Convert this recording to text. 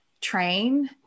train